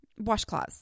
washcloths